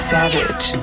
Savage